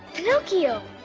pinocchio.